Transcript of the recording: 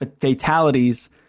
fatalities